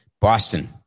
Boston